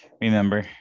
remember